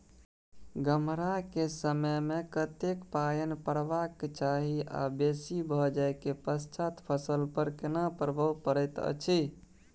गम्हरा के समय मे कतेक पायन परबाक चाही आ बेसी भ जाय के पश्चात फसल पर केना प्रभाव परैत अछि?